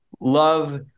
love